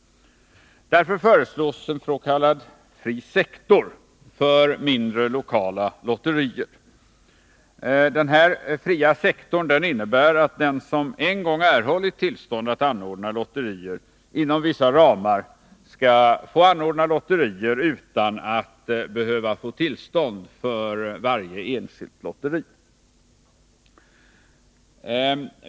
Därför föreslås ens.k. frisektor för mindre, lokala lotterier. Denna fria sektor innebär att den som en gång erhållit tillstånd att anordna lotterier inom vissa ramar skall få anordna lotterier utan att behöva tillstånd för varje enskilt lotteri.